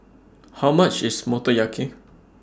How much IS Motoyaki